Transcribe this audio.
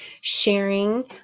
sharing